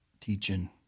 teaching